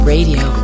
Radio